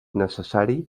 necessari